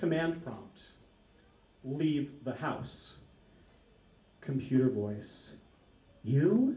command prompts leave the house computer voice you